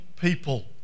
people